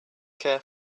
care